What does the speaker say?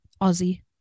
Aussie